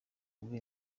wumve